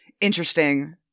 interesting